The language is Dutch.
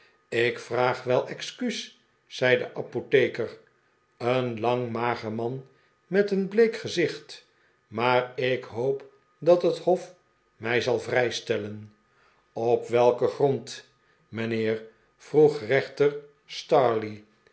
ik vraag wel excuus zei de apotheker een lang mager man met een bleek gezicht maar ik hoop dat het hof mij zal vrijstellen op welke gronden mijnheer vroeg rechter